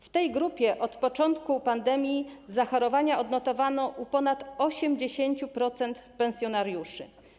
W tej grupie od początku pandemii zachorowania odnotowano u ponad 80% pensjonariuszy.